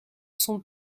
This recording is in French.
son